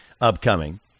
upcoming